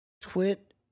Twit